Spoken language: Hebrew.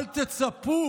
אל תצפו